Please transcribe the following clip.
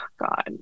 god